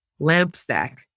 Lampstack